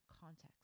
context